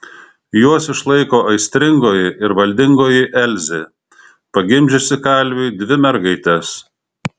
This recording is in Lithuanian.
juos išlaiko aistringoji ir valdingoji elzė pagimdžiusi kalviui dvi mergaites